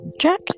Jack